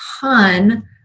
ton